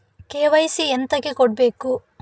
KYC ಎಂತಕೆ ಕೊಡ್ಬೇಕು?